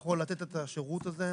יכול לתת את השירות הזה.